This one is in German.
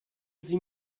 sie